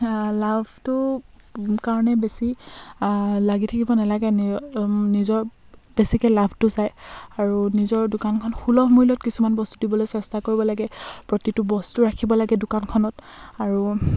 লাভটো কাৰণে বেছি লাগি থাকিব নালাগে নিজৰ বেছিকৈ লাভটো চাই আৰু নিজৰ দোকানখন সুলভ মূল্যত কিছুমান বস্তু দিবলৈ চেষ্টা কৰিব লাগে প্ৰতিটো বস্তু ৰাখিব লাগে দোকানখনত আৰু